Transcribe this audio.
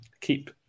keep